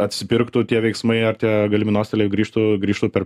atsipirktų tie veiksmai ar tie galimi nuostoliai grįžtų grįžtų per